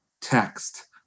text